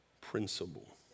principle